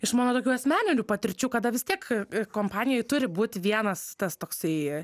iš mano tokių asmeninių patirčių kada vis tiek kompanijoj turi būt vienas tas toksai